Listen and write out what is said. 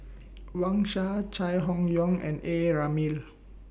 Wang Sha Chai Hon Yoong and A Ramli